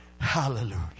Hallelujah